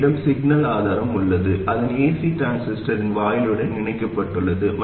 என்னிடம் சிக்னல் ஆதாரம் உள்ளது அதன் ac டிரான்சிஸ்டரின் வாயிலுடன் இணைக்கப்பட்டுள்ளது